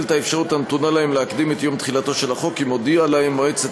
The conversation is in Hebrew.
את האפשרות הנתונה להם להקדים את יום תחילתו של החוק אם הודיעה להם מועצת